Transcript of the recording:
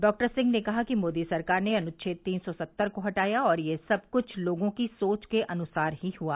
doctor Singh ने कहा कि मोदी सरकार ने अनुच्छेद तीन सौ सत्तर को हटाया और यह सब कुछ लोगों की सोच के अनुसार ही हुआ